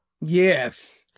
Yes